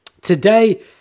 today